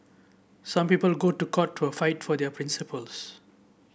some people go to court to fight for their principles